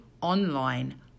online